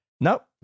Nope